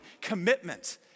commitment